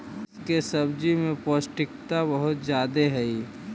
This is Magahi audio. इसके सब्जी में पौष्टिकता बहुत ज्यादे हई